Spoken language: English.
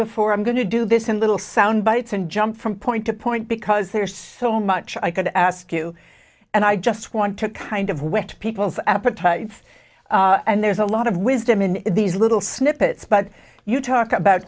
before i'm going to do this in little sound bites and jump from point to point because there's so much i could ask you and i just want to kind of went to people's appetite and there's a lot of wisdom in these little snippets but you talk about